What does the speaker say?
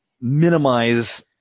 minimize